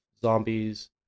zombies